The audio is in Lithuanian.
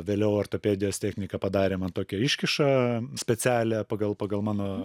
vėliau ortopedijos technika padarė man tokią iškišą specialią pagal pagal mano